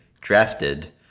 drafted